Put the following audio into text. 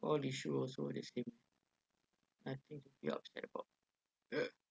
all issue also the same nothing to be upset about